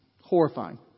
Horrifying